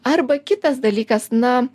arba kitas dalykas na